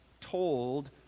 told